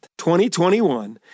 2021